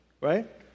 Right